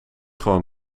gewoon